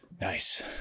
Nice